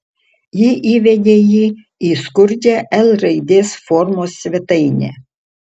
ji įvedė jį į skurdžią l raidės formos svetainę